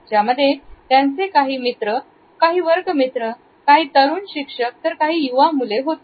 ज्यामध्ये त्यांचे काही मित्र काही वर्गमित्र काही तरुण शिक्षक तर काही युवा मुले होती